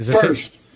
First